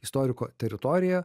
istoriko teritorija